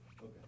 Okay